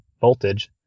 voltage